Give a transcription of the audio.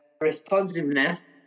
responsiveness